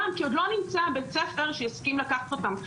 כי עוד לא נמצא בית הספר שיסכים לקחת אותם.